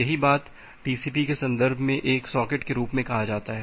यही बात टीसीपी के संदर्भ में एक सॉकेट के रूप में कहा जाता है